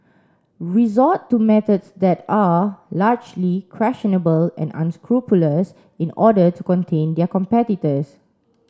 resort to methods that are largely questionable and unscrupulous in order to contain their competitors